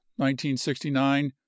1969